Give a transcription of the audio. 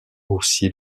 aussi